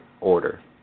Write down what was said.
order